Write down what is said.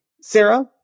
Sarah